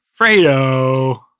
Fredo